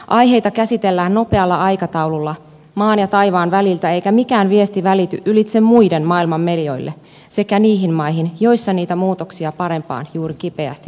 aiheita käsitellään nopealla aikataululla maan ja taivaan väliltä eikä mikään viesti välity ylitse muiden maailman medioille sekä niihin maihin joissa niitä muutoksia parempaan juuri kipeästi tarvittaisiin